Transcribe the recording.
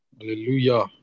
Hallelujah